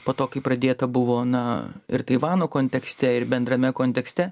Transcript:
po to kai pradėta buvo na ir taivano kontekste ir bendrame kontekste